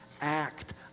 act